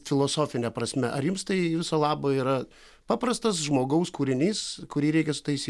filosofine prasme ar jums tai viso labo yra paprastas žmogaus kūrinys kurį reikia sutaisyt